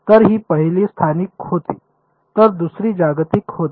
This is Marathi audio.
तर ही पहिली स्थानिक होती तर दुसरी जागतिक होती